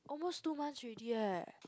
almost two months already eh